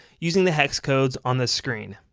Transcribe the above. using the hex codes on the screen.